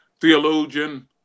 theologian